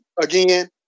again